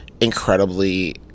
incredibly